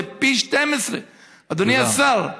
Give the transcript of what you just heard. זה פי 12, אדוני השר.